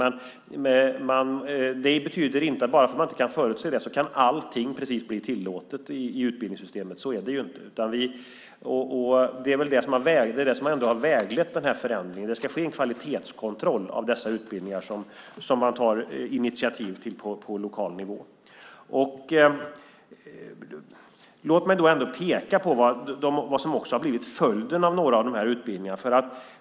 Men det betyder inte att bara för att man inte kan förutse det så kan precis allting bli tillåtet i utbildningssystemet. Så är det ju inte. Det är det som har väglett den här förändringen. Det ska ske en kvalitetskontroll av dessa utbildningar som man tar initiativ till på lokal nivå. Låt mig då ändå peka på vad som har blivit följden av några av de här utbildningarna.